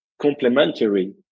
complementary